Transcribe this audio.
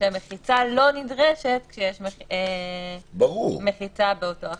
שהמחיצה לא נדרשת כשיש מחיצה באותו אחר.